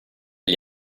gli